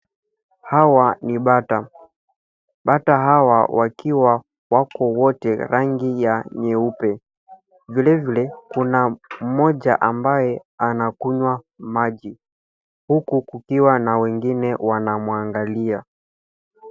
Hawa ni bata. Bata hawa wakiwa wako wote rangi ya nyeupe. Vile vile, kuna mmoja ambaye anakunywa maji, huku kukiwa na wengine wanamwangalia.